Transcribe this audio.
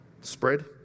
spread